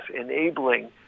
enabling